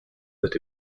that